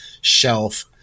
shelf